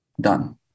Done